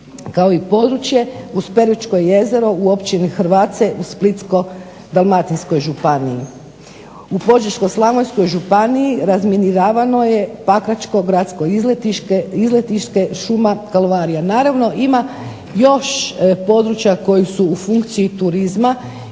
kao i područje uz …/Ne razumije se./… jezero u općini Hrvace u Splitsko-dalmatinskoj županiji. U Požeško-slavonskoj županiji razminiravano je pakračko gradsko izletište, šuma, kalvarija. Naravno ima još područja koji su u funkciji turizma